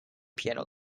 piano